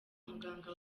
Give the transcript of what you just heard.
muganga